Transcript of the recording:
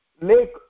lake